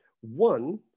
one